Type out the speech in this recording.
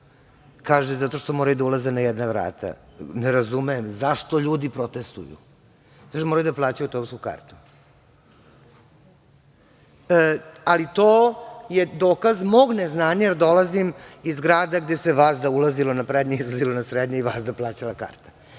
Kažu – zato što mora da ulaze na jedna vrata. Ne razumem zašto ljudi protestvuju. Kaže, moraju da plaćaju autobusku kartu. Ali, to je dokaz mog neznanja jer dolazim iz grada gde se vazda ulazilo na prednja, izlazilo na srednja i vazda plaćala karta. Tako